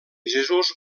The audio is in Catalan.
jesús